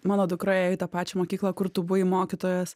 mano dukra ėjo į tą pačią mokyklą kur tu buvai mokytojas